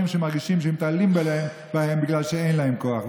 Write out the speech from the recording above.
שמרגישים שמתעללים בהם בגלל שאין להם כוח,